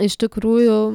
iš tikrųjų